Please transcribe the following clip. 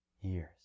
years